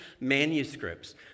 manuscripts